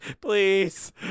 please